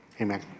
Amen